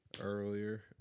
earlier